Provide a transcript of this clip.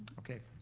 okay.